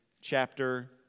chapter